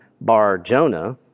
Bar-Jonah